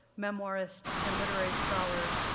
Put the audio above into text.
memoirist, and literary scholar,